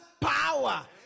power